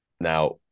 Now